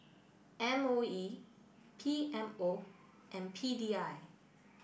M O E P M O and P D I